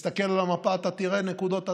תסתכל על המפה ותראה נקודות אדומות,